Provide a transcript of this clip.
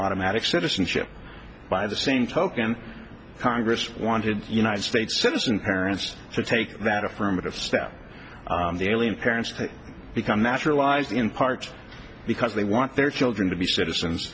automatic citizenship by the same token congress wanted united states citizen parents to take that affirmative step the alien parents to become naturalized in part because they want their children to be citizens